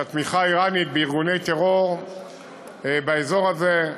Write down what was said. את התמיכה האיראנית בארגוני טרור באזור הזה,